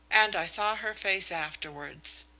and i saw her face afterwards.